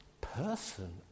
Person